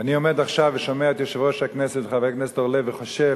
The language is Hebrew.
אני עומד עכשיו ושומע את יושב-ראש הכנסת וחבר הכנסת אורלב וחושב